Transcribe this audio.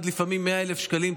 לפעמים עד 100,000 שקלים,